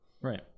Right